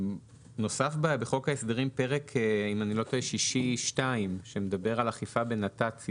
אם אני לא טועה בחוק הסדרים נוסף פרק שישי 2 שמדבר על אכיפה בנת"צים.